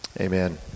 amen